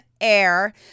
air